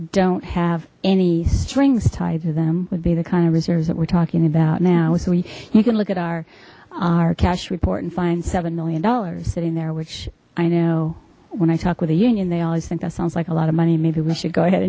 don't have any strings tied to them would be the kind of reserves that we're talking about now so we you can look at our our cash report and find seven million dollars sitting there which i know when i talk with a union they always think that sounds like a lot of money maybe we should go ahead